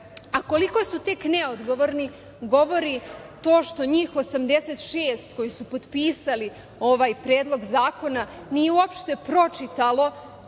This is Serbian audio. plati. Koliko su tek neodgovorni govori to što njih 86, koji su potpisali ovaj predlog zakona, nije uopšte pročitalo